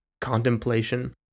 contemplation